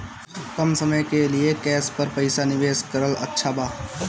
कम समय के लिए केस पर पईसा निवेश करल अच्छा बा?